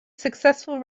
successful